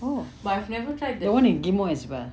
oh the one in ghim moh as well